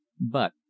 But